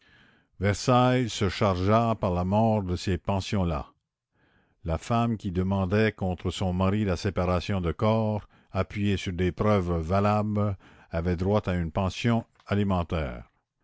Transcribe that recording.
versailles se chargea par la mort de ces pensions là la femme qui demandait contre son mari la séparation de corps appuyée sur des preuves valables avait droit à une pension alimentaire